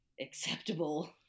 acceptable